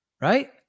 right